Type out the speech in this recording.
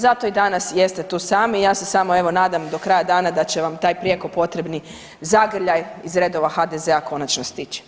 Zato i danas jeste tu sami, ja se samo evo nadam do kraja dana da će vam taj prijeko potrebni zagrljaj iz redova HDZ-a konačno stići.